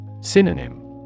Synonym